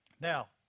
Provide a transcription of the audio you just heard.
Now